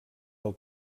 del